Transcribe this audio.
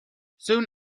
soon